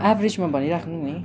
एभरेजमा भनिराख्नु नि